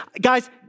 Guys